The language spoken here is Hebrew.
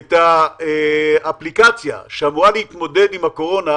את האפליקציה שאמורה להתמודד עם הקורונה,